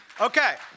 Okay